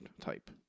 type